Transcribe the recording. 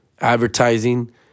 advertising